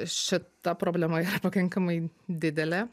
šita problema yra pakankamai didelė